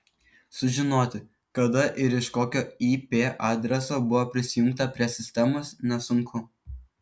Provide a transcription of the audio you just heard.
sužinoti kada ir iš kokio ip adreso buvo prisijungta prie sistemos nesunku